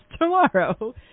tomorrow